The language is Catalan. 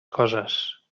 coses